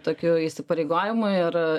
tokių įsipareigojimų ir